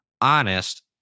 honest